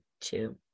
two